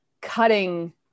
cutting